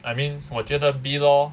I mean 我觉得 B law